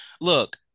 look